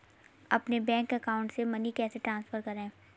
अपने bank account से money कैसे ट्रांसफर करें?